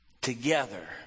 Together